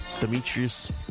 Demetrius